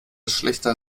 schlächter